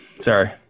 sorry